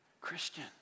Christian